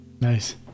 nice